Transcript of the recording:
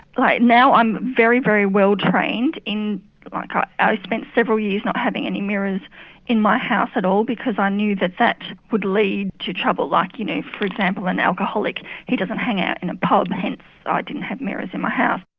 like now i'm very, very well trained, kind of i spent several years not having any mirrors in my house at all because i knew that that would lead to trouble. like you know for example an alcoholic he doesn't hang out in a pub hence i didn't have mirrors in my house.